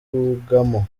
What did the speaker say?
rwugamo